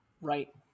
Right